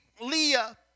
Leah